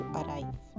arrive